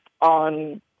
on